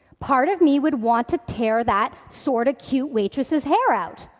part of me would want to tear that sort-of-cute waitress's hair out.